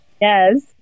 Yes